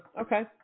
Okay